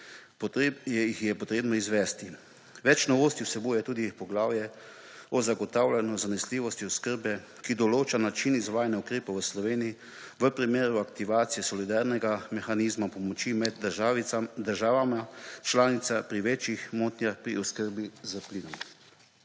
jih je potrebno izvesti. Več novosti vsebuje tudi poglavje o zagotavljanju zanesljivosti oskrbe, ki določa način izvajanja ukrepov v Sloveniji v primeru aktivacije solidarnostnega mehanizma pomoči med državami članicami pri večjih motnjah pri oskrbi s plinom.